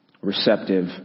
receptive